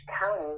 County